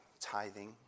tithing